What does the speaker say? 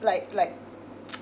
like like